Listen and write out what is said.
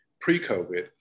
pre-COVID